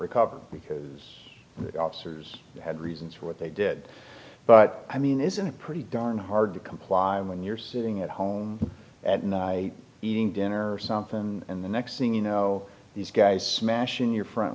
recover because the officers had reasons for what they did but i mean isn't it pretty darn hard to comply when you're sitting at home at night eating dinner or something and the next thing you know these guys smashing your front